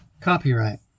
Copyright